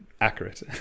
accurate